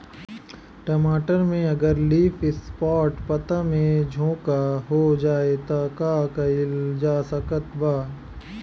टमाटर में अगर लीफ स्पॉट पता में झोंका हो जाएँ त का कइल जा सकत बा?